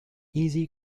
easy